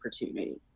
opportunity